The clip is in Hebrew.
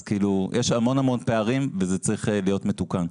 אז יש המון פערים וזה צריך להיות מתוקן.